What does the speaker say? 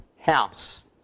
house